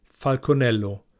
Falconello